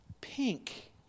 pink